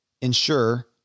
ensure